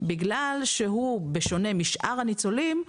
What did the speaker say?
בגלל שבשונה משאר הניצולים,